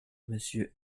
monsieur